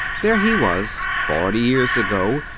there he was, forty years ago,